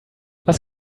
was